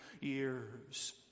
years